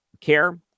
care